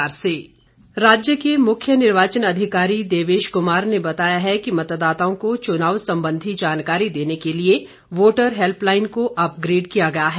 देवेश कुमार राज्य के मुख्य निर्वाचन अधिकारी देवेश कुमार ने बताया है कि मतदाताओं को चुनाव संबंधी जानकारी देने के लिए वोटर हेल्पलाइन को अपग्रेड किया गया है